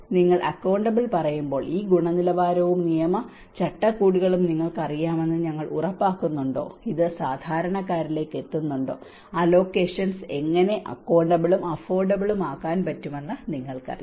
നിങ്ങൾ അക്കൌണ്ടബിൾ പറയുമ്പോൾ ഈ ഗുണനിലവാരവും നിയമ ചട്ടക്കൂടുകളും നിങ്ങൾക്കറിയാമെന്ന് ഞങ്ങൾ ഉറപ്പാക്കുന്നുണ്ടോ ഇത് സാധാരണക്കാരിലേക്ക് എത്തുന്നുണ്ടോ അലോക്കേഷൻസ് എങ്ങനെ അക്കൌണ്ടബിളും അഫൊർഡബിളും ആക്കാൻ പറ്റുമെന്ന് നിങ്ങൾക്കറിയാം